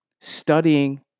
studying